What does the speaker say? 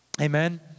Amen